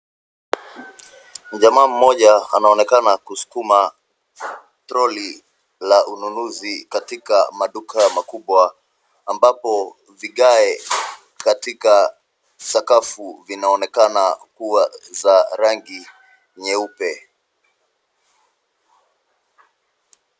Jamaa mmoja anaonekana kusukuma troli la ununuzi katika maduka makubwa ambapo vigae katika sakafu inaonekana kuwa za rangi nyeupe.